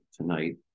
tonight